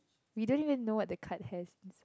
we don't even know what the card has